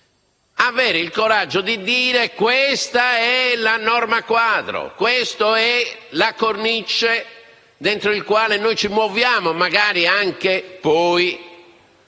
avere il coraggio di dire: questa è la norma quadro, questa è la cornice dentro cui ci muoviamo, magari anche